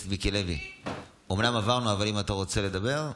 אבל האם אתה רוצה לדבר?